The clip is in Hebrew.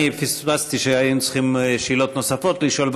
אני פספסתי, היינו צריכים שאלות נוספות לשאול.